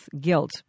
guilt